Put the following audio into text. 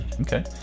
Okay